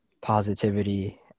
positivity